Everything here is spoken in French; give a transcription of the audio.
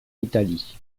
italie